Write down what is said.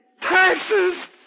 Taxes